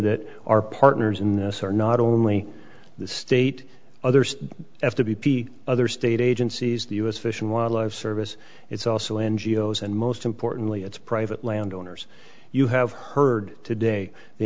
that our partners in this or not only the state others have to be other state agencies the u s fish and wildlife service it's also n g o s and most importantly it's private landowners you have heard today the